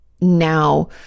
now